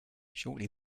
shortly